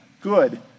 Good